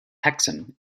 hexham